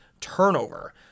turnover